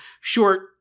short